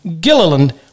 Gilliland